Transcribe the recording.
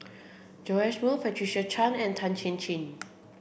Joash Moo Patricia Chan and Tan Chin Chin